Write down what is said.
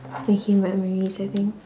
making memories I think